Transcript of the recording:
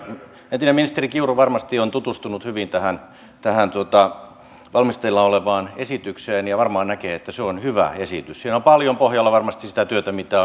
entinen ministeri kiuru varmasti on tutustunut hyvin tähän tähän valmisteilla olevaan esitykseen ja varmaan näkee että se on hyvä esitys siinä on varmasti paljon pohjalla sitä työtä mitä